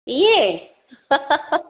ईअं